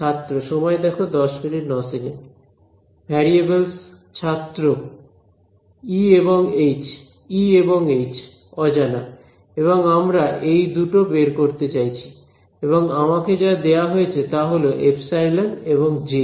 ছাত্র ভেরিয়েবলস ছাত্র ই এবং এইচ ই এবং এইচ অজানা এবং আমরা এই দুটো বের করতে চাইছি এবং আমাকে যা দেয়া হয়েছে তাহল এপসাইলন এবং জে